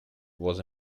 was